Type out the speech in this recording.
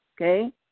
okay